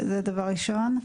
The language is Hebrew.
שנית,